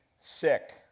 sick